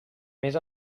més